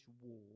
war